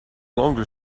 l’angle